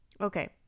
Okay